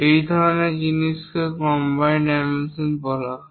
এই ধরনের জিনিসকে কম্বাইন্ড ডাইমেনশন বলা হয়